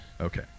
Okay